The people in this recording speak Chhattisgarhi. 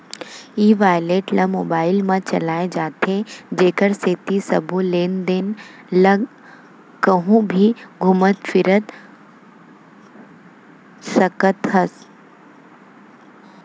ई वालेट ल मोबाइल म चलाए जाथे जेकर सेती सबो लेन देन ल कहूँ भी घुमत फिरत कर सकत हस